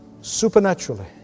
supernaturally